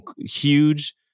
huge